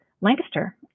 Lancaster